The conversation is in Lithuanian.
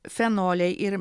fenoliai ir